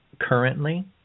currently